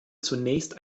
zunächst